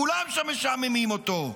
כולם שם משעממים אותו.